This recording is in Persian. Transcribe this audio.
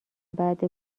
بعده